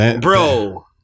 Bro